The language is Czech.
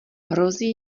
hrozí